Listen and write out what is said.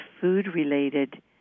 food-related